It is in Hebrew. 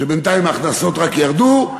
כשבינתיים ההכנסות רק ירדו,